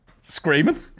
Screaming